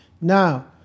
Now